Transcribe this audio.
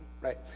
right